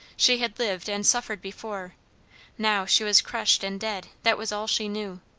she had lived and suffered before now she was crushed and dead that was all she knew.